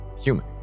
human